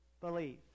believe